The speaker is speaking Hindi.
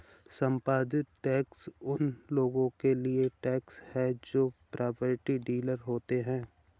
संपत्ति टैक्स उन लोगों के लिए टैक्स है जो प्रॉपर्टी डीलर होते हैं